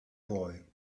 boy